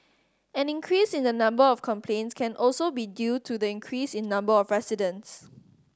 an increase in the number of complaints can also be due to the increase in number of residents